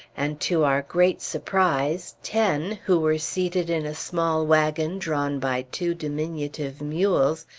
and to our great surprise, ten, who were seated in a small wagon drawn by two diminutive mules,